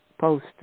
post